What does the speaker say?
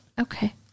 Okay